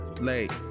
late